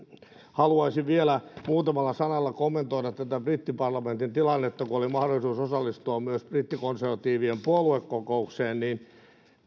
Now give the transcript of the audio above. haluaisin vielä muutamalla sanalla kommentoida tätä brittiparlamentin tilannetta kun oli mahdollisuus osallistua myös brittikonservatiivien puoluekokoukseen